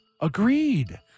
Agreed